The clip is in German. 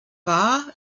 war